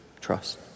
Trust